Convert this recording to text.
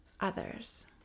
others